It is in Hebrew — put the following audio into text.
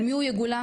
על מי הוא יגולם?